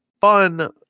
fun